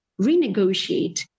renegotiate